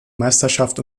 meisterschaft